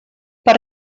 per